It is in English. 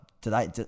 today